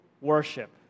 worship